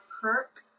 Kirk